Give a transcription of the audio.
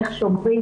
איך שומרים,